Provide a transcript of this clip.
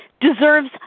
deserves